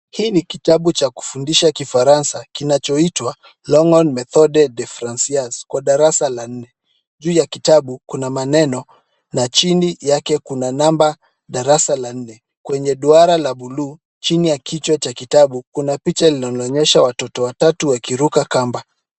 Hii ni kitabu cha kufundisha kifaransa kinachoitwa Longhorn Methode de Francais kwa darasa la nne. Juu ya kitabu kuna maneno, na chini yake kuna namba darasa la nne. Kwenye duara la buluu, chini ya kichwa cha kitabu kuna picha linaoonyesha watoto watatu wakiruka kamba.